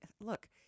look